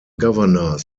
governors